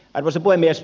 arvoisa puhemies